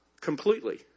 completely